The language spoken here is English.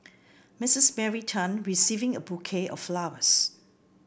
Mistress Mary Tan receiving a bouquet of flowers